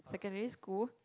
secondary school